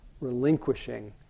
relinquishing